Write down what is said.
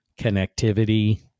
connectivity